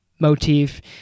motif